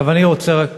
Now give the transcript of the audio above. אני רוצה רק